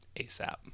ASAP